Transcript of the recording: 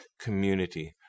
community